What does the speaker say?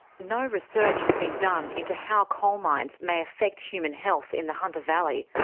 no research has been done into how coalmines may affect human health in the hunter valley.